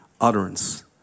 utterance